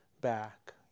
back